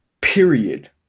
period